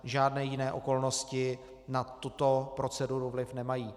Žádné jiné okolnosti na tuto proceduru vliv nemají.